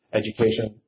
education